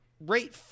rate